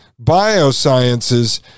biosciences